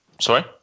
Sorry